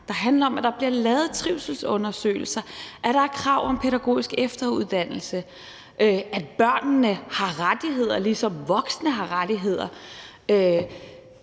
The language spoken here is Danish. der handler om, at der bliver lavet trivselsundersøgelser, at der er krav om pædagogisk efteruddannelse, og at børnene har rettigheder, ligesom voksne har rettigheder.